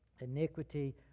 iniquity